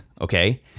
okay